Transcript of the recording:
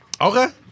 Okay